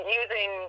using